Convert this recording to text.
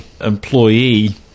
employee